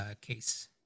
case